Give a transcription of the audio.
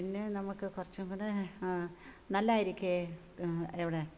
പിന്നെ നമുക്ക് കുറച്ചും കൂടി നല്ലതായിരിക്കേ എവിടെ